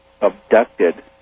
abducted